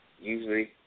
Usually